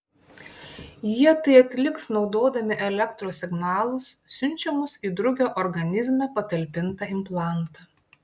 jie tai atliks naudodami elektros signalus siunčiamus į drugio organizme patalpintą implantą